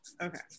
Okay